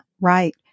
Right